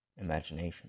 imagination